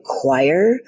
acquire